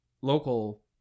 local